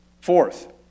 Fourth